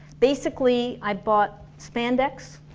basically i bought spandex,